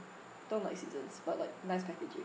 don't like seasons but like nice packaging